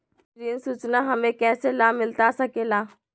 ऋण सूचना हमें कैसे लाभ मिलता सके ला?